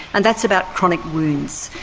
and that's about chronic wounds.